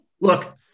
look –